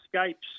escapes